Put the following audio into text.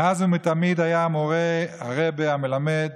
מאז ותמיד היה המורה, הרבי, המלמד,